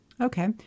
Okay